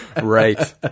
right